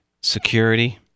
security